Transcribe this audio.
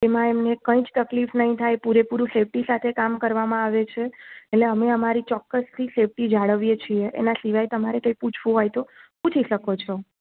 એમાં એમને કંઇજ તકલીફ નહીં થાય પૂરેપૂરી સેફટી સાથે કામ કરવામાં આવે છે એટલે અમે અમારી ચોક્કસથી સેફટી જાળવીએ છીએ એના સિવાય તમારે કંઈ પૂછવું હોય તો પૂછી શકો છો